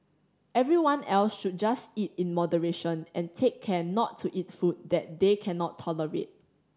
everyone else should just eat in moderation and take care not to eat food that they cannot tolerate